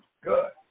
Good